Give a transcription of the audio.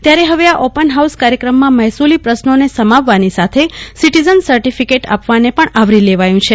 ત્યારે દવે આ ઓપ ન હાઉસ કાર્યક્રમમાં મહેસુલો પશ્નોને સમાવવા સાથે સીટીઝન સર્ટીફીકટ આપવાને પણ આવરો લવા યું છ